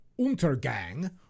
Untergang